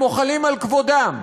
הם מוחלים על כבודם,